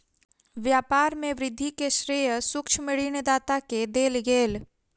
व्यापार में वृद्धि के श्रेय सूक्ष्म ऋण दाता के देल गेल